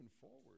forward